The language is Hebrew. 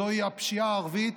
זוהי הפשיעה הערבית,